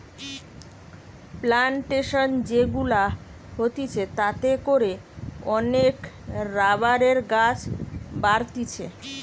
plantation যে গুলা হতিছে তাতে করে অনেক রাবারের গাছ বাড়তিছে